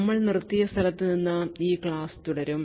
നമ്മൾ നിർത്തിയ സ്ഥലത്ത് നിന്ന് ഈ ക്ലാസ്സ് തുടരും